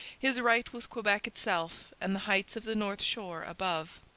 his right was quebec itself and the heights of the north shore above.